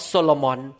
Solomon